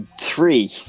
Three